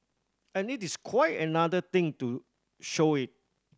and it is quite another thing to show it